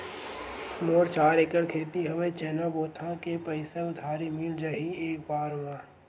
मोर चार एकड़ खेत हवे चना बोथव के पईसा उधारी मिल जाही एक बार मा?